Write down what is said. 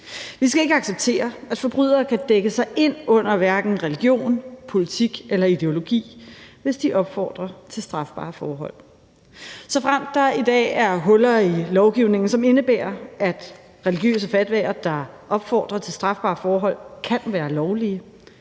Vi skal ikke acceptere, at forbrydere kan dække sig ind under religion, politik eller ideologi, hvis de opfordrer til strafbare forhold. Såfremt der i dag er huller i lovgivningen, som indebærer, at religiøse fatwaer, der opfordrer til strafbare forhold, kan være lovlige,